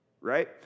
right